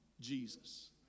Jesus